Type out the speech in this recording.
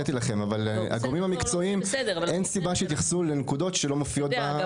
אבל אין סיבה שהגורמים המקצועיים יתייחסו לנקודות שלא מופיעות.